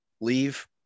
leave